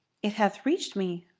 it hath reached me,